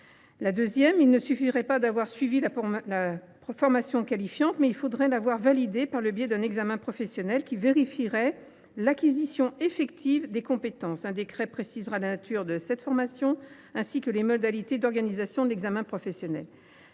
Deuxièmement, il ne suffirait pas d’avoir suivi la formation qualifiante, mais il faudrait l’avoir validée par le biais d’un examen professionnel qui permettrait de vérifier l’acquisition effective de compétences. Un décret précisera la nature de cette formation, ainsi que les modalités d’organisation de l’examen professionnel.